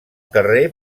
carrer